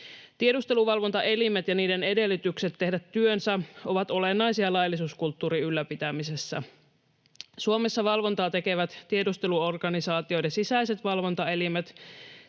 Tiedusteluvalvontaelimet ja niiden edellytykset tehdä työnsä ovat olennaisia laillisuuskulttuurin ylläpitämisessä. Suomessa valvontaa tekevät tiedusteluorganisaatioiden sisäiset valvontaelimet,